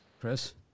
Chris